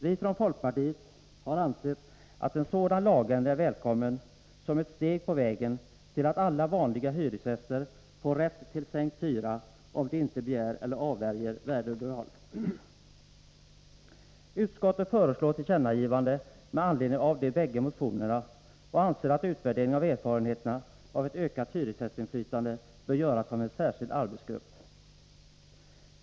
Vi från folkpartiet har ansett att en sådan lagändring är välkommen som ett steg på vägen till att alla vanliga hyresgäster får rätt till sänkt hyra om de inte begär eller avvärjer värdunderhåll. Utskottet föreslår tillkännagivande med anledning av de bägge motionerna och anser att en utvärdering av erfarenheterna av ett ökat hyresgästinflytande bör göras av en särskild arbetsgrupp.